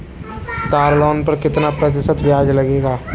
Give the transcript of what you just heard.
Car loan पर कितना प्रतिशत ब्याज लगेगा?